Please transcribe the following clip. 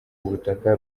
ubutaka